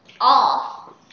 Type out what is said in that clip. off